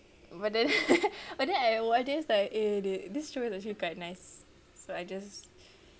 but then but then I watch this like eh this show is actually quite nice so I just